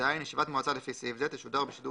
ישיבת מועצה לפי סעיף זה תשודר בשידור